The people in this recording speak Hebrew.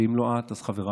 ואם לא את, אז חברייך.